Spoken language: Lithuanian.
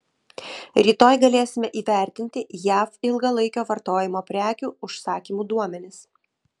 rytoj galėsime įvertinti jav ilgalaikio vartojimo prekių užsakymų duomenis